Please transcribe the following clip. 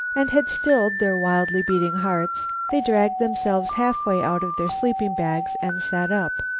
and had stilled their wildly beating hearts, they dragged themselves halfway out of their sleeping-bags and sat up.